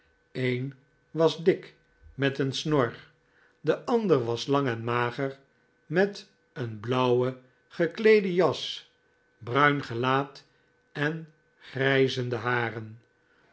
een was dik met een snor de ander was lang en mager met een blauwe gekleede jas bruin gelaat en grijzende haren